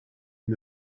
une